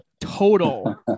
total